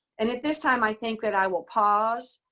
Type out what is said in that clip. and at this time, i think that i will pause.